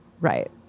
Right